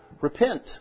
Repent